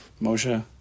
Moshe